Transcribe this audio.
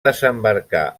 desembarcar